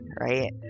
right